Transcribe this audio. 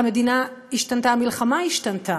המדינה השתנתה, המלחמה השתנתה.